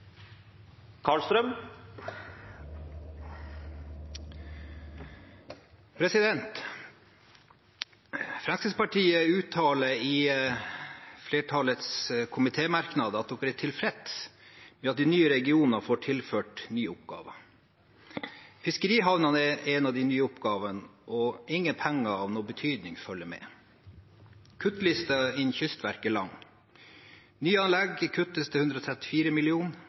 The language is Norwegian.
tilfreds med at de nye regionene får tilført nye oppgaver. Fiskerihavnene er en av de nye oppgavene, og ingen penger av betydning følger med. Kuttlisten innen Kystverket er lang. Nyanlegg kuttes med 134